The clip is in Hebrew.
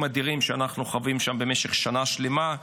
אדירים שאנחנו חווים שם במשך שנה שלמה,